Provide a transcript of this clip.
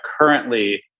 currently